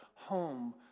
home